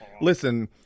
listen